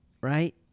right